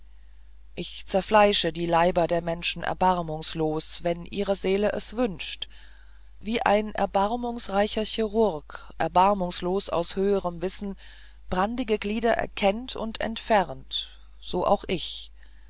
ich zerfleische die leiber der menschen erbarmungslos wenn ihre seele es wünscht wie ein erbarmungsreicher chirurg erbarmungslos aus höherem wissen brandige glieder erkennt und entfernt so auch ich